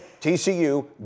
TCU